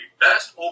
Best